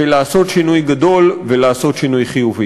ולעשות שינוי גדול ולעשות שינוי חיובי.